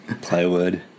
plywood